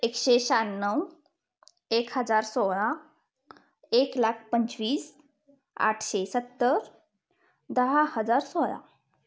एकशे शहाण्णव एक हजार सोळा एक लाख पंचवीस आठशे सत्तर दहा हजार सोळा